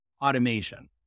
automation